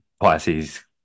prices